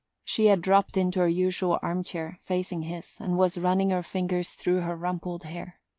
she had dropped into her usual armchair, facing his, and was running her fingers through her rumpled hair.